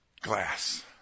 glass